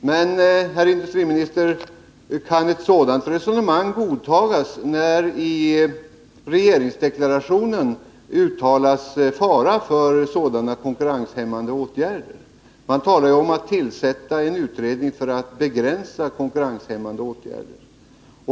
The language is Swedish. Men, herr industriminister, kan ett sådant resonemang godtas när det i regeringsdeklarationen uttalas farhågor för konkurrenshämmande åtgärder? Man talar om att tillsätta en utredning för att begränsa konkurrenshämmande åtgärder.